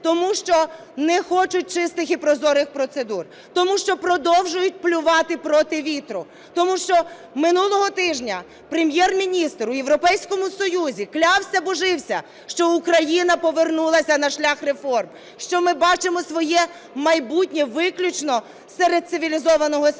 Тому що не хочуть чистих і прозорих процедур. Тому що продовжують плювати проти вітру, тому що минулого тижня Прем'єр-міністр у Європейському Союзі клявся і божився, що Україна повернулася на шлях реформ, що ми бачимо своє майбутнє виключно серед цивілізованого світу,